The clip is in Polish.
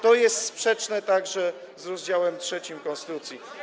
To jest sprzeczne także z rozdziałem III konstytucji.